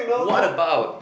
what about